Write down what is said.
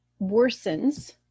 worsens